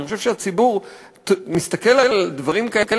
אני חושב שהציבור מסתכל על דברים כאלה